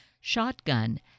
shotgun